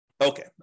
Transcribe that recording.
Okay